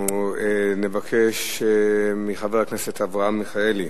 נבקש מחבר הכנסת אברהם מיכאלי,